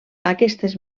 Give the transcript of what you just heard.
aquestes